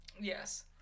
Yes